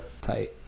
tight